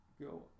go